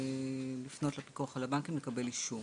לפנות לפיקוח על הבנקים לקבל אישור.